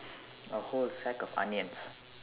A whole sack of onions